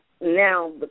now